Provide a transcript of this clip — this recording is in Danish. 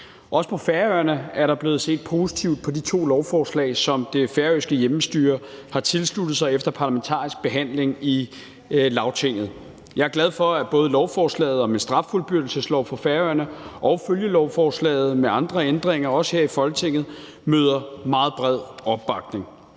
Også på Færøerne er der blevet set positivt på de to lovforslag, som det færøske hjemmestyre har tilsluttet sig efter parlamentarisk behandling i Lagtinget. Jeg er glad for, at både lovforslaget om en straffuldbyrdelseslov for Færøerne og følgelovforslaget med andre ændringer også her i Folketinget møder meget bred opbakning.